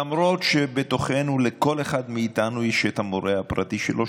למרות שבתוכנו לכל אחד מאיתנו יש את המורה הפרטי שלו,